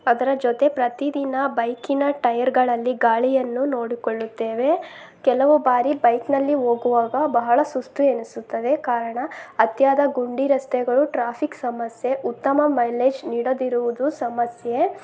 ಅದರ ಜೊತೆ ಪ್ರತಿದಿನ ಬೈಕಿನ ಟಯರ್ಗಳಲ್ಲಿ ಗಾಳಿಯನ್ನು ನೋಡಿಕೊಳ್ಳುತ್ತೇವೆ ಕೆಲವು ಬಾರಿ ಬೈಕ್ನಲ್ಲಿ ಹೋಗುವಾಗ ಬಹಳ ಸುಸ್ತು ಎನ್ನಿಸುತ್ತದೆ ಕಾರಣ ಅತಿಯಾದ ಗುಂಡಿ ರಸ್ತೆಗಳು ಟ್ರಾಫಿಕ್ ಸಮಸ್ಯೆ ಉತ್ತಮ ಮೈಲೇಜ್ ನೀಡದಿರುವುದು ಸಮಸ್ಯೆ